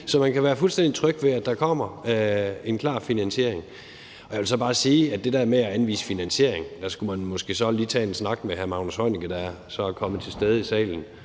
Så man kan være fuldstændig tryg ved, at der kommer en klar finansiering. Og jeg vil så bare sige, at i forhold til det der med at anvise finansiering skulle man måske lige tage en snak med sundhedsministeren, som nu er kommet i salen,